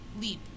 leap